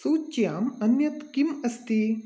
सूच्याम् अन्यत् किं अस्ति